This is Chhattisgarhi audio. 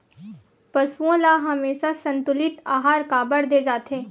पशुओं ल हमेशा संतुलित आहार काबर दे जाथे?